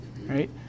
right